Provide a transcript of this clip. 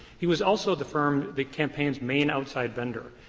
he was also the firm the campaign's main outside vendor,